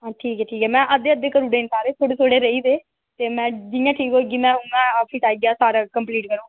ठीक ठीक ऐ मैडम में अद्धे हारे करी ओड़े अद्धे रेही गेदे में ठीक होइयै बाकी सारे कंप्लीट करी ओड़गी